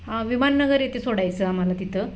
हा विमान नगर येते सोडायचं आम्हाला तिथं